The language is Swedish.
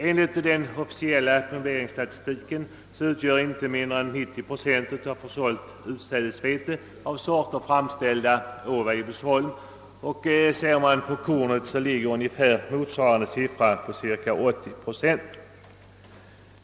Enligt den officiella statistiken utgörs inte mindre än 90 procent av försålt utsädesvete av sorter, framställda på Weibullsholm; för kornet ligger motsvarande siffra vid cirka 80 procent.